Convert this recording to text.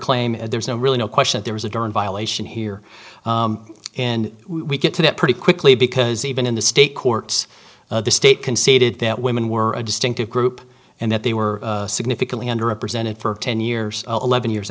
claim there is no really no question there is a door in violation here and we get to that pretty quickly because even in the state courts the state conceded that women were a distinctive group and that they were significantly under represented for ten years eleven years